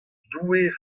doue